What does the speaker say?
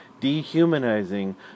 dehumanizing